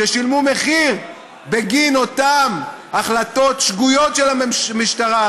ששילמו מחיר בגין אותן החלטות שגויות של המשטרה,